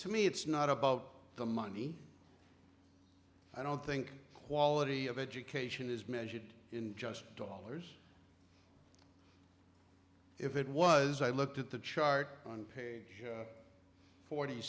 to me it's not about the money i don't think quality of education is measured in just dollars if it was i looked at the chart on page forty